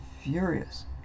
furious